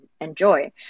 enjoy